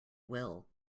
will